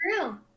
True